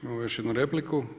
Imamo još jednu repliku.